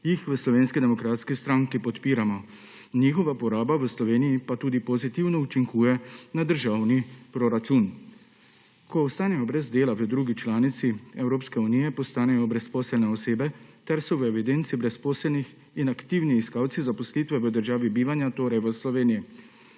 jih v Slovenski demokratski stranki podpiramo. Njihova poraba v Sloveniji pa tudi pozitivno učinkuje na državni proračun. Ko ostanejo brez dela v drugi članici Evropske unije, postanejo brezposelne osebe ter so v evidenci brezposelnih in aktivni iskalci zaposlitve v državi bivanja, torej v Sloveniji.